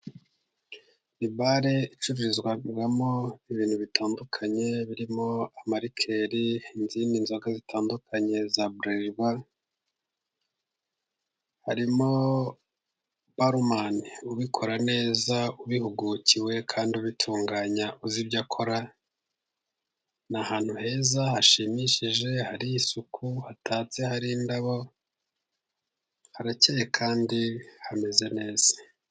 Bare icururizwamo ibintu bitandukanye birimo ama rikeli, izindi nzoga zitandukanye za buralirwa, harimo barumani ubikora neza ubihugukiwe kandi ubitunganya uzi ibyo akora, ni ahantu heza hashimishije hari isuku hatatse, hari indabo harakeye kandi hameze neza.